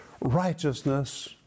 righteousness